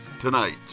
Tonight